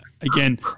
Again